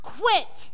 quit